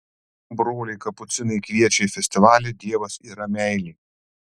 broliai kapucinai kviečia į festivalį dievas yra meilė